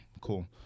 Cool